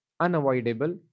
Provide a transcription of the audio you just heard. unavoidable